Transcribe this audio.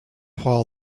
while